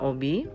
Obi